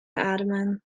ademen